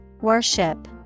Worship